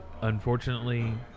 unfortunately